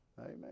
Amen